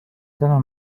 täna